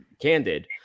Candid